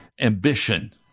ambition